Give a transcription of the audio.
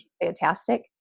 fantastic